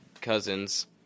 cousins